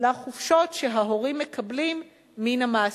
לחופשות שההורים מקבלים מן המעסיקים.